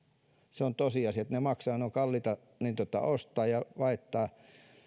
se on tosiasia että ne maksavat ne ovat kalliita ostaa ja laittaa